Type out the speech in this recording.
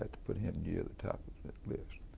to put him near the top of that list.